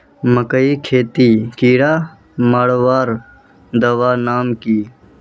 मकई खेतीत कीड़ा मारवार दवा नाम की?